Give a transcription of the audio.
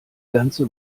ganze